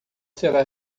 será